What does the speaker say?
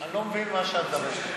אני לא מבין מה שאת מדברת.